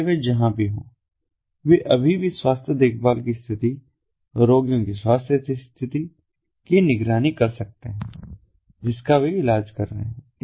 चाहे वे जहां भी हों वे अभी भी स्वास्थ्य देखभाल की स्थिति रोगियों की स्वास्थ्य स्थिति की निगरानी कर सकते हैं जिसका वे इलाज कर रहे हैं